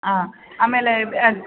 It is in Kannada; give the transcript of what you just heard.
ಹಾಂ ಆಮೇಲೆ